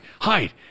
hide